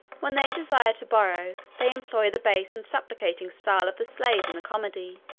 when they desire to borrow, they employ the base and supplicating style of the slave in the comedy